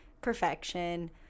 perfection